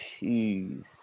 jeez